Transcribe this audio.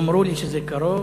אמרו לי שזה קרוב,